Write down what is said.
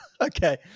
okay